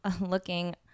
looking